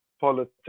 politics